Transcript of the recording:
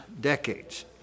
decades